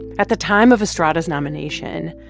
at the time of estrada's nomination,